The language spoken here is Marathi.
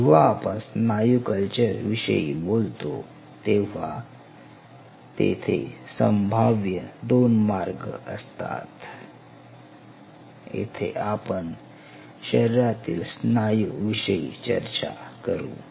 जेव्हा आपण स्नायू कल्चर विषयी बोलतो तेव्हा तेथे संभाव्य दोन मार्ग असतात येथे आपण शरीरातील स्नायू विषयी चर्चा करू